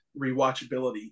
rewatchability